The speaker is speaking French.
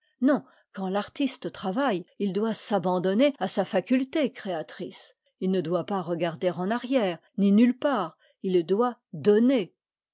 non quand l'artiste travaille il doit s'abandonner à sa faculté créatrice il ne doit pas regarder en arrière ni nulle part il doit donner